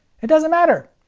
it doesn't matter.